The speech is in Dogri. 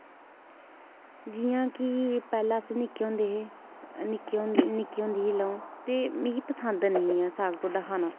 जि'यां की पैह्लै अस निक्के होंदे हे निक्की होंदी ही जेल्लै अ'ऊं मिगी पसंद निं ऐहा साग ढोडा खाना